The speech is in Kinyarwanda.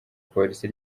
polisi